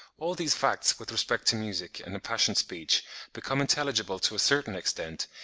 all these facts with respect to music and impassioned speech become intelligible to a certain extent,